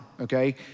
okay